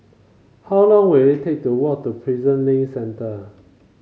how long will it take to walk to Prison Link Centre